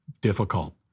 difficult